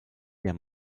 der